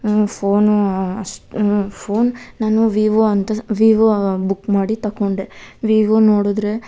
phone ಅಷ್ phone ನಾನು Vivo ಅಂತ ವಿವೋ ಬುಕ್ ಮಾಡಿ ತೊಕೊಂಡೆ ವಿವೋ ನೋಡಿದ್ರೆ